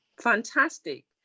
fantastic